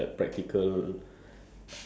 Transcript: or like not stable or something